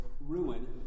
ruin